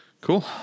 Cool